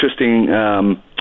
interesting